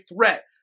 threat